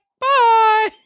Bye